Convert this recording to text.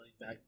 back